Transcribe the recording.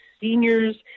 seniors